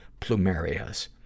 plumerias